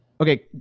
Okay